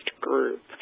group